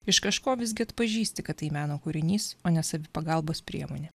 iš kažko visgi atpažįsti kad tai meno kūrinys o ne savipagalbos priemonė